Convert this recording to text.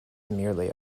merely